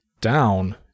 down